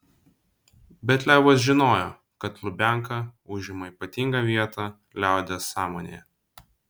bet levas žinojo kad lubianka užima ypatingą vietą liaudies sąmonėje